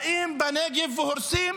באים בנגב והורסים